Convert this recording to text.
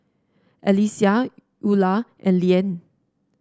Alyssia Ula and Leanne